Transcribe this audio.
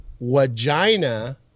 vagina